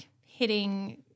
hitting